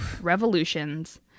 revolutions